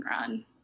run